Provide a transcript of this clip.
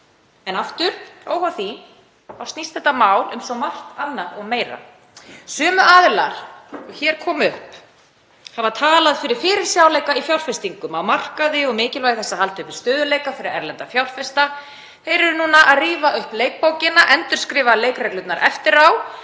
En aftur, óháð því, snýst þetta mál um svo margt annað og meira. Sömu aðilar og hér koma upp hafa talað fyrir fyrirsjáanleika í fjárfestingum á markaði og mikilvægi þess að halda uppi stöðugleika fyrir erlenda fjárfesta. Þeir eru núna að rífa upp leikbókina og endurskrifa leikreglurnar eftir á.